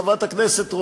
חברת הכנסת רוזין.